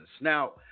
Now